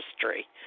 history